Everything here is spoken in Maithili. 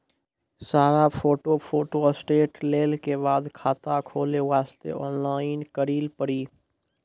सारा फोटो फोटोस्टेट लेल के बाद खाता खोले वास्ते ऑनलाइन करिल पड़ी?